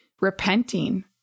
repenting